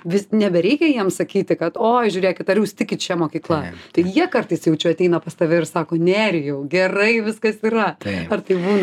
vis nebereikia jiem sakyti kad oi žiūrėkit ar jūs tikit šia mokykla tai jie kartais jaučiu ateina pas tave ir sako nerijau gerai viskas yra ar taip būna